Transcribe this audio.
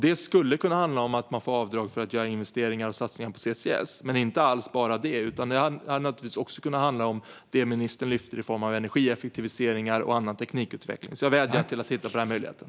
Det skulle kunna handla om att få avdrag för att göra investeringar och satsningar på CCS, men inte bara det, utan det kan också handla om det som ministern lyfte fram i form av energieffektiviseringar och annan teknikutveckling. Jag vädjar om att man ska titta på den möjligheten.